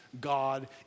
God